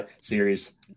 series